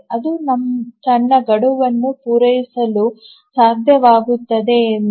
ಅದು ತನ್ನ ಗಡುವನ್ನು ಪೂರೈಸಲು ಸಾಧ್ಯವಾಗುತ್ತದೆ ಎಂದು